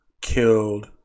killed